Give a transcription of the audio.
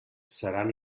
seran